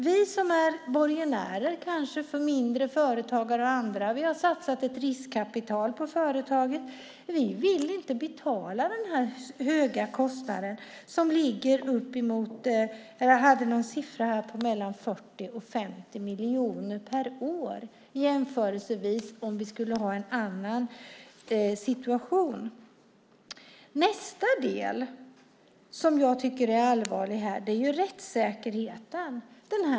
Vi som kanske är borgenärer för mindre företagare har satsat ett riskkapital, och vi vill inte betala denna höga kostnad som enligt en siffra jag har ligger mellan 40 och 50 miljoner per år. Nästa synpunkt jag har gäller rättssäkerheten.